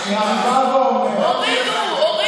הורידו.